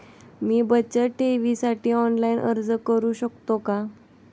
मी बचत ठेवीसाठी ऑनलाइन अर्ज करू शकतो का?